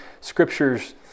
scriptures